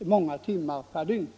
många timmar per dygn.